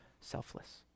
selfless